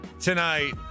tonight